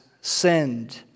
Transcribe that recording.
sinned